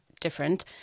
different